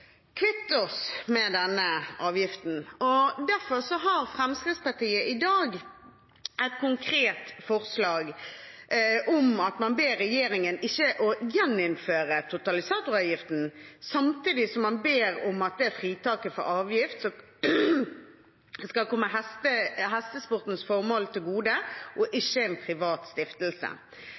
kvitte oss med denne avgiften for å hjelpe hestesporten og ikke minst hestenæringen. Derfor har Fremskrittspartiet i dag et konkret forslag om at man ber regjeringen om ikke å gjeninnføre totalisatoravgiften, samtidig som man ber om at fritaket fra avgift skal komme hestesportens formål til gode, og ikke en privat stiftelse.